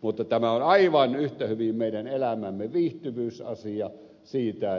mutta tämä on aivan yhtä hyvin meidän elämämme viihtyvyysasia siitä